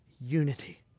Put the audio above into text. unity